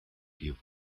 give